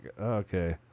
Okay